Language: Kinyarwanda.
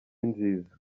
nziza